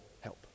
help